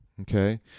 Okay